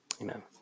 amen